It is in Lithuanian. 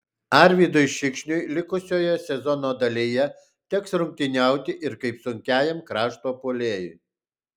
arvydui šikšniui likusioje sezono dalyje teks rungtyniauti ir kaip sunkiajam krašto puolėjui